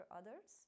others